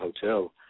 hotel